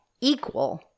equal